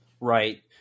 Right